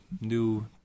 new